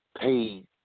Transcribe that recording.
Paid